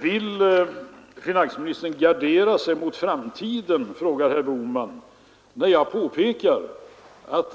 Vill finansministern gardera sig för framtiden, frågar herr Bohman, när jag påpekar att